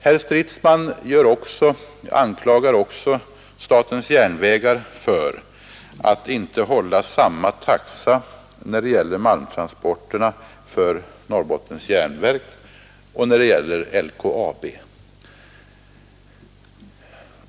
Herr Stridsman anklagar statens järnvägar för att inte hålla samma taxa när det gäller malmtransporterna åt Norrbottens Järnverk och åt LKAB.